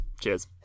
Cheers